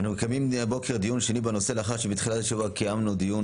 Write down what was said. אנו מקיימים הבוקר דיון שני בנושא לאחר שבתחילת השבוע קיימנו דיון